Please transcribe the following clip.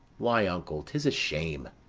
why, uncle, tis a shame.